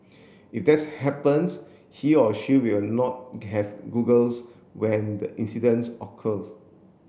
if that's happens he or she will not have goggles when the incidents occurs